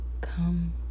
Come